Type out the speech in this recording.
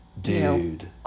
dude